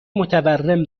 متورم